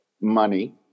money